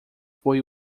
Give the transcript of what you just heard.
foi